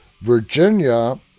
Virginia